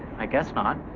i guess not.